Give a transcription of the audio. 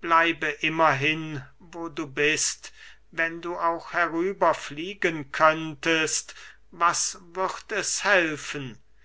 bleibe immerhin wo du bist wenn du auch herüber fliegen könntest was würd es helfen